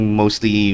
mostly